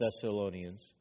Thessalonians